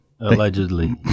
Allegedly